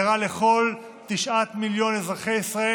זה רע לכל תשעת מיליון אזרחי ישראל.